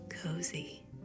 cozy